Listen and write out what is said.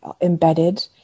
embedded